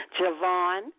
Javon